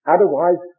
Otherwise